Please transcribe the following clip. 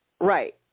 right